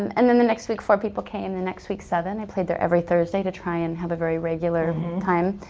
and then the next week four people came, and the next week seven. i played there every thursday to try and have a very regular time.